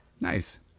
Nice